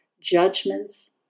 judgments